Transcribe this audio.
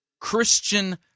Christian